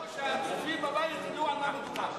שהצופים בבית ידעו על מה מדובר.